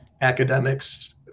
academics